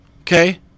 Okay